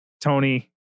Tony